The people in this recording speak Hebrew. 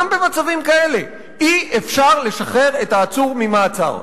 גם במצבים כאלה אי-אפשר לשחרר את העצור ממעצר,